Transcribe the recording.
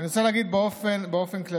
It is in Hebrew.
אני רוצה להגיד באופן כללי,